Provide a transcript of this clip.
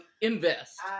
invest